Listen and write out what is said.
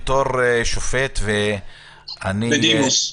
בתור שופט --- בדימוס.